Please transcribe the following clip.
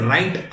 Right